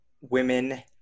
women